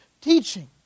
teaching